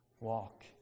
walk